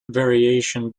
variation